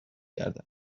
کردم